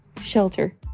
shelter